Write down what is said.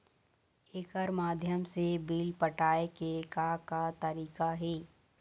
एकर माध्यम से बिल पटाए के का का तरीका हे?